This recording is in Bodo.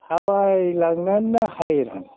थाबायलांनानैनो हायराम